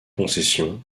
concession